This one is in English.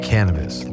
Cannabis